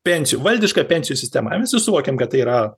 pensijų valdiška pensijų sistema visi suvokiam kad tai yra